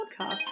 podcast